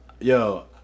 yo